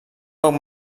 poc